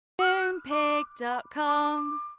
Moonpig.com